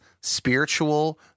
spiritual